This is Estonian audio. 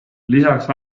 lisaks